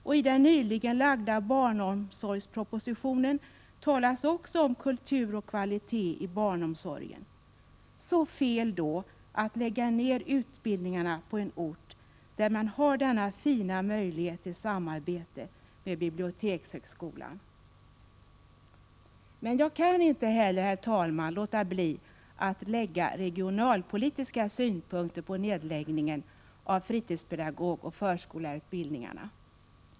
Och i den nyligen framlagda barnomsorgspropositionen talas ju också om kultur och kvalitet i barnomsorgen. Så fel det då är att lägga ned utbildningarna på en ort där man har denna fina möjlighet till samarbete med bibliotekshögskolan! Men jag kan inte heller, herr talman, låta bli att lägga regionalpolitiska synpunkter på nedläggningen av fritidspedagogoch förskollärarutbildningarna.